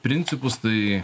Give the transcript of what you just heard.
principus tai